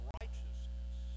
righteousness